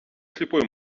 слепой